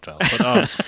child